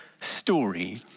story